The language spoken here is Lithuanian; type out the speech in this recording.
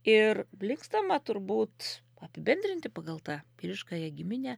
ir blikstama turbūt apibendrinti pagal tą vyriškąją giminę